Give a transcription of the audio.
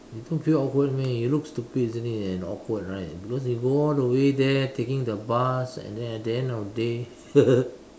you don't feel awkward meh you look stupid isn't it and awkward right because you go all the way there taking the bus and then at the end of the day